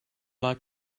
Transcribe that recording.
like